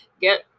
get